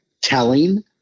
telling